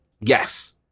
yes